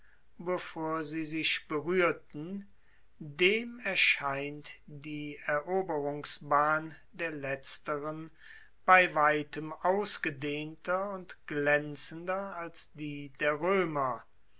bevor sie sich beruehrten dem erscheint die eroberungsbahn der letzteren bei weitem ausgedehnter und glaenzender als die der roemer